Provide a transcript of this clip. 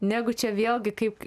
negu čia vėlgi kaip